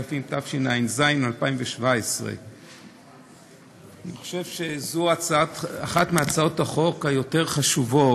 התשע"ז 2017. אני חושב שזו אחת מהצעות החוק היותר-חשובות,